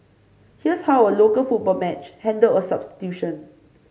here's how a local football match handled a substitution